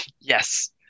Yes